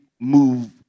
move